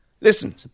Listen